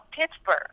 Pittsburgh